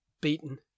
beaten